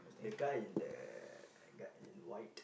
the guy in the the guy in the white